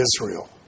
Israel